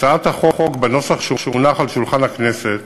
הצעת החוק בנוסח שהונח על שולחן הכנסת